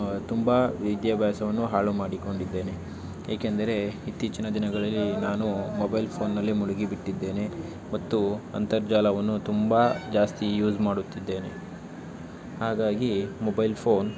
ತುಂಬ ವಿದ್ಯಾಭ್ಯಾಸವನ್ನು ಹಾಳು ಮಾಡಿಕೊಂಡಿದ್ದೇನೆ ಏಕೆಂದರೆ ಇತ್ತೀಚಿನ ದಿನಗಳಲ್ಲಿ ನಾನು ಮೊಬೈಲ್ ಫೋನ್ನಲ್ಲಿ ಮುಳುಗಿಬಿಟ್ಟಿದ್ದೇನೆ ಮತ್ತು ಅಂತರ್ಜಾಲವನ್ನು ತುಂಬ ಜಾಸ್ತಿ ಯೂಸ್ ಮಾಡುತ್ತಿದ್ದೇನೆ ಹಾಗಾಗಿ ಮೊಬೈಲ್ ಫೋನ್